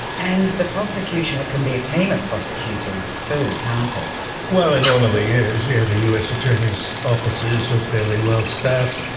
and the prosecution, it can be a team of prosecutors too, can't it? well, it normally is, yes. yeah the us attorney's offices are fairly well staffed,